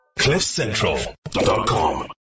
Cliffcentral.com